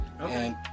Okay